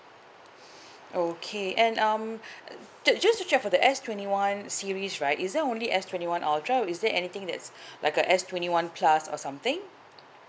okay and um ju~ just to check for the S twenty one series right is there only S twenty one ultra is there anything that's like a S twenty one plus or something